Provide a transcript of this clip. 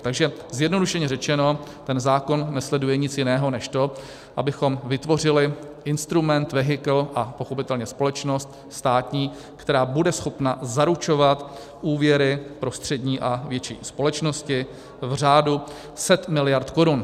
Takže zjednodušeně řečeno ten zákon nesleduje nic jiného než to, abychom vytvořili instrument, vehikl a pochopitelně společnost státní, která bude schopna zaručovat úvěry pro střední a větší společnosti v řádu set miliard korun.